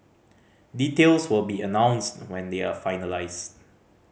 details will be announced when they are finalised